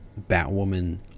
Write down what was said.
batwoman